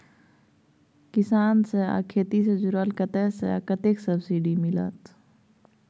किसान से आ खेती से जुरल कतय से आ कतेक सबसिडी मिलत?